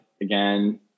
again